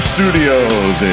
Studios